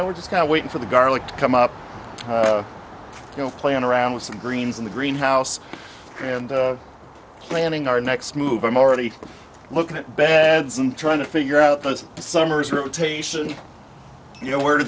know we're just kind of waiting for the garlic to come up you know playing around with some greens in the greenhouse and planning our next move i'm already looking at beds and trying to figure out those summers rotation you know where t